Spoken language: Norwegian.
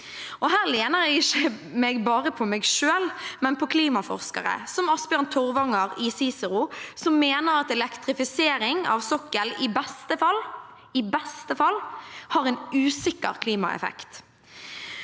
Her lener jeg meg ikke bare på meg selv, men på klimaforskere, som Asbjørn Torvanger i CICERO, som mener at elektrifisering av sokkelen i beste fall – i beste fall – har en usikker klimaeffekt.